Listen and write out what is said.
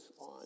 on